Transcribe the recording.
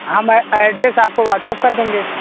हाँ मैं एड्रैस आपको व्हाटसप कर देंगे